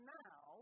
now